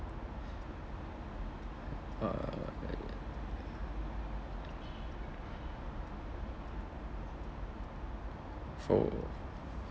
uh for